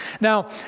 Now